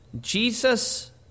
Jesus